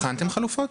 בחנתם חלופות?